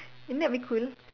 isn't that be cool